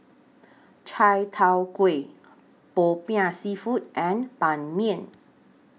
Chai Tow Kway Popiah Seafood and Ban Mian